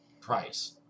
price